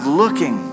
looking